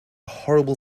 horrible